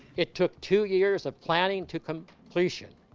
it took two years of planning to completion.